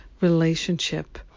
relationship